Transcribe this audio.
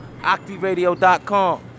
Octiradio.com